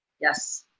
Yes